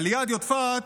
אבל ליד יודפת,